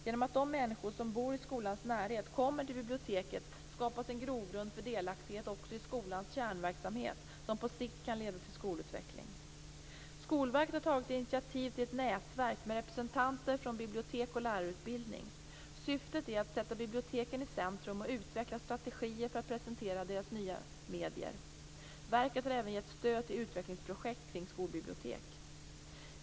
Genom att de människor som bor i skolans närhet kommer till biblioteket skapas en grogrund för delaktighet också i skolans kärnverksamhet som på sikt kan leda till skolutveckling. Skolverket har tagit initiativ till ett nätverk med representanter från bibliotek och lärarutbildning. Syftet är att sätta biblioteken i centrum och utveckla strategier för att presentera deras nya medier. Verket har även gett stöd till utvecklingsprojekt kring skolbibliotek.